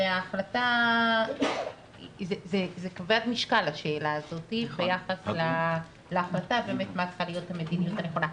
והשאלה הזאת היא כבדת משקל ביחס להחלטה מה צריכה להיות המדיניות הנכונה.